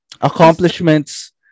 accomplishments